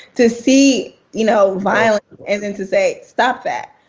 to see you know violence and and to say stop that,